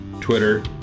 Twitter